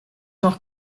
noch